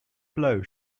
blow